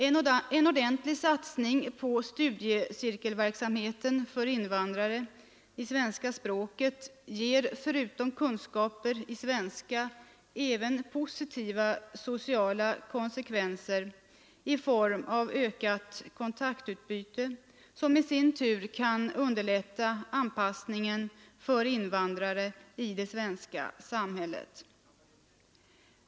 En ordentlig satsning på studiecirkelverksamheten i svenska språket för invandrare ger förutom kunskaper i svenska även positiva sociala konsekvenser i form av ett ökat kontaktutbyte, som i sin tur kan underlätta invapdrarnas anpassning i det svenska samhället.